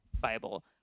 Bible